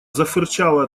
зафырчала